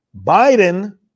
Biden